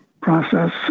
process